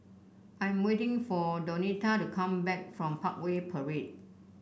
I'm waiting for Donita to come back from Parkway Parade